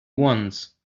once